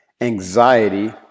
anxiety